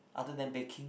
other than baking